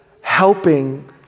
helping